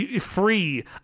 free